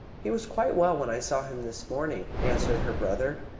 he was quite well when i saw him this morning, answered her brother,